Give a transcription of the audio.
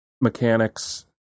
mechanics